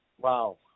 Wow